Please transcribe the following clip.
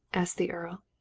asked the earl.